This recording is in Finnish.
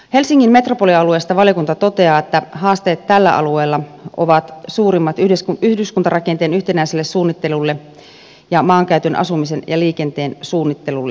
helsingin metropolialueesta valiokunta toteaa että haasteet tällä alueella ovat suurimmat yhdyskuntarakenteen yhtenäiselle suunnittelulle ja maankäytön asumisen ja liikenteen suunnittelulle